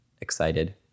excited